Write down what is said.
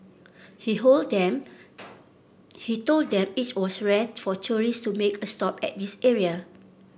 he hold them he told them it was rare for tourists to make a stop at this area